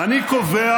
"אני קובע"